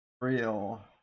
real